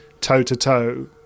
toe-to-toe